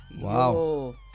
Wow